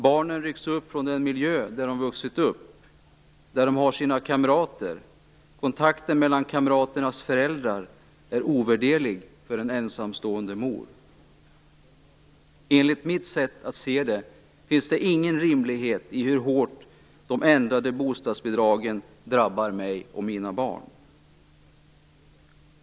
Barnen rycks upp från den miljö där de vuxit upp och där de har sina kamrater. Kontakten med kamraternas föräldrar är ovärderlig för en ensamstående mor. Enligt mitt sätt att se finns det ingen rimlighet i hur hårt de ändrade bostadsbidragen drabbar mig och mina barn.